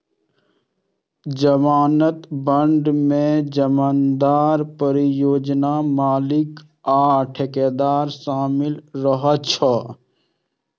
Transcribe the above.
जमानत बांड मे जमानतदार, परियोजना मालिक आ ठेकेदार शामिल रहै छै